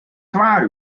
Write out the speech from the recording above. twa